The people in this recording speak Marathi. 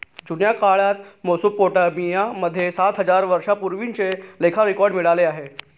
जुन्या काळात मेसोपोटामिया मध्ये सात हजार वर्षांपूर्वीचे लेखा रेकॉर्ड मिळाले आहे